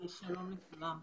שלום לכולם.